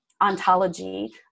ontology